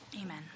Amen